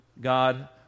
God